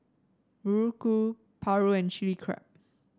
muruku paru and Chili Crab